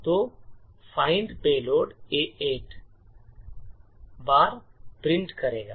तो find payload A 8 बार print करेगा